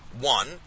one